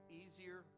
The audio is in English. easier